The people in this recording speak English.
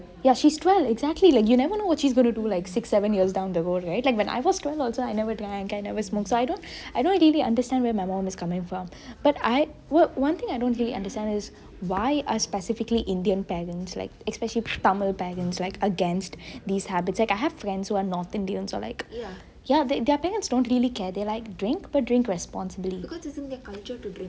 ya she's twelve exactly like you never know what she is going to do six seven years down the road right like when I was twelve also I never drank I never smoked so I I don't really understand where my mum is coming from but I one thing I don't understand is why are specifically indian parents like especially tamil parents against these habits like I have friends who are not indians their parents don't really care they're like drink but drink responsibly